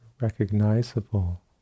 recognizable